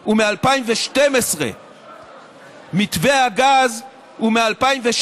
דולר הוא מ-2012, מתווה הגז הוא מ-2016.